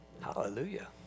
Hallelujah